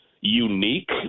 unique